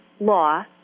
law